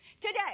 Today